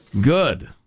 Good